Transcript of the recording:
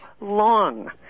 long